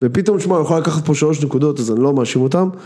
ופתאום שמע, הוא יכול לקחת פה 3 נקודות אז אני לא מאשים אותם